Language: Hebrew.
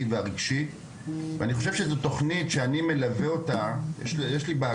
והרגשי ואני חושב שזו תוכנית שאני מלווה אותה ויש לי וועדה.